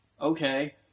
Okay